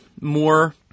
more